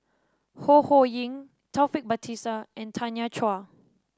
Ho Ho Ying Taufik Batisah and Tanya Chua